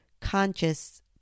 conscious